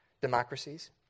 democracies